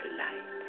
light